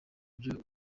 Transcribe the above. byo